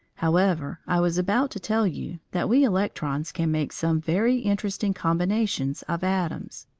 however, i was about to tell you that we electrons can make some very interesting combinations of atoms.